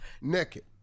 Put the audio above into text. naked